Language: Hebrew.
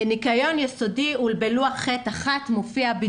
ניקיון יסודי, בלוח ח-1 לא מופיע.